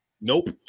Nope